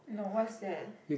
no what is that